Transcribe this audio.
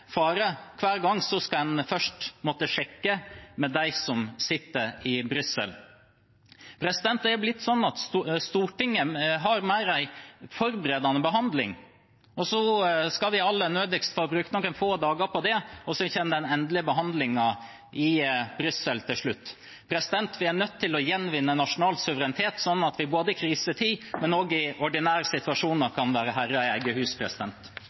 fare. Hver gang må en først sjekke med dem som sitter i Brussel. Det har blitt sånn at Stortinget har en mer forberedende behandling, så skal vi aller nådigst få bruke noen få dager på det, og så kommer den endelige behandlingen i Brussel til slutt. Vi er nødt til å gjenvinne nasjonal suverenitet, sånn at en i krisetid, men også i ordinære situasjoner, kan være herre i eget hus.